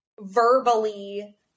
verbally